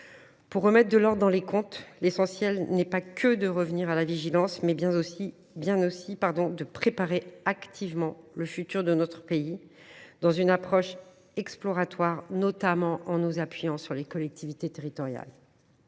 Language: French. Pour remettre de l’ordre dans les comptes, l’essentiel est non seulement de revenir à la vigilance, mais aussi de préparer activement l’avenir de notre pays dans une approche exploratoire, notamment en nous appuyant sur les collectivités territoriales.